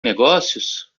negócios